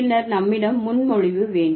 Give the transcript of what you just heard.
பின்னர் நம்மிடம் முன்மொழிவு வேண்டும்